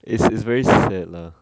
it's it's very sad lah